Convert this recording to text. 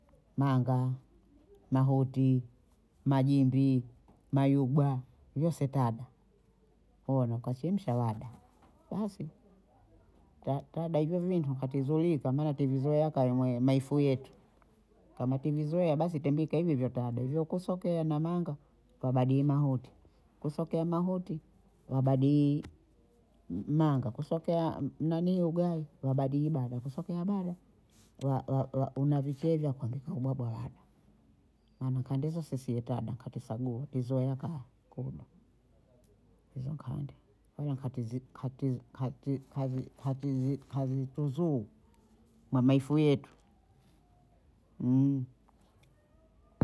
Manga, mahuti, magimbi, mayubwa yose tada, nko nakachemsha wada, basi ta- tada hivyo vintu hatizui kama nativizoea kamwe maifu yetu kama tivizoea basi tempika hivihivi hatado vyokosekea na manga twabadili mahuti, kusokea mahuti twabadiyiii mmanga kusokea nanihii ugayi twabadiyi bada, kusokea bada wa- wa- wa unavicheza kwanza ubwabwa wada na makande sasa siyatada katisaguo dizoea ka kuda hizo nkande, kama katizi katizi kati kazi kazituzuhu mamaifu yetu